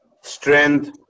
strength